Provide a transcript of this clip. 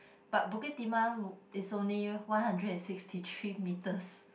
but Bukit-Timah is only one hundred and sixty three metres